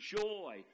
joy